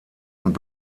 und